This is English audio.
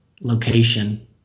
location